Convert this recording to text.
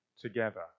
together